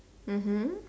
mmhmm